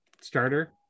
starter